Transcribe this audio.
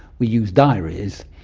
we used diaries.